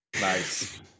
Nice